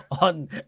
on